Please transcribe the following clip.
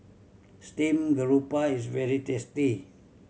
steamed garoupa is very tasty